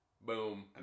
boom